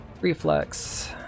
Reflex